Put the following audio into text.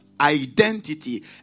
identity